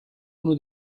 uno